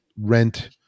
rent